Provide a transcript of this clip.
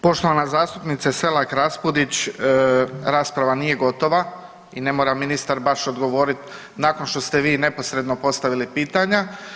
Poštovana zastupnice Selak Raspudić, rasprava nije gotova i ne mora ministar baš odgovorit nakon što ste vi neposredno postavili pitanja.